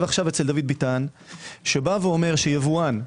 עכשיו אצל דוד ביטן שאומר שיבואן בלעדי,